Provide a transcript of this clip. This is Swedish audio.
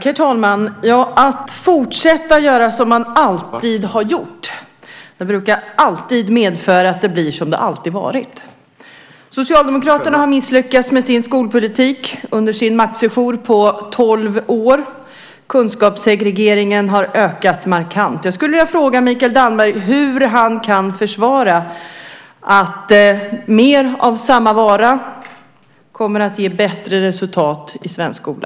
Herr talman! Att fortsätta att göra som man alltid har gjort brukar alltid medföra att det blir som det alltid har varit. Socialdemokraterna har misslyckats med sin skolpolitik under sin maktsejour på tolv år. Kunskapssegregeringen har ökat markant. Jag skulle vilja fråga Mikael Damberg om han kan förklara hur mer av samma vara kommer att ge bättre resultat i svensk skola.